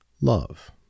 love